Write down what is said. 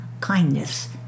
kindness